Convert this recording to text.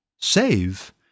save